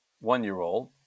one-year-old